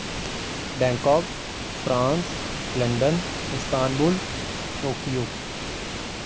Bangkok France London Istanbul Tokyo